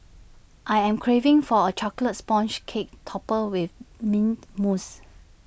I am craving for A Chocolate Sponge Cake Topped with Mint Mousse